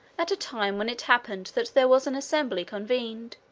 at a time when it happened that there was an assembly convened,